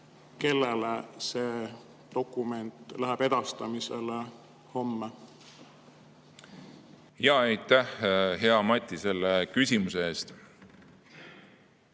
kellele see dokument homme edastamisele läheb? Aitäh, hea Mati, selle küsimuse eest!